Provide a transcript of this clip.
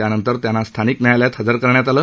त्यानंतर त्यांना स्थानिक न्यायालयात हजर करण्यात आलं